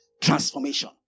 transformation